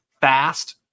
fast